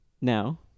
Now